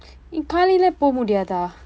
நீ காலையில போக முடியாதா:nii kalayila pooka mudiyaathaa